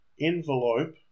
envelope